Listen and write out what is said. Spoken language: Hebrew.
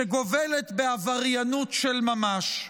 שגובלת בעבריינות של ממש.